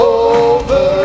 over